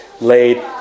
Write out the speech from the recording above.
laid